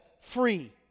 free